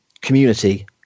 community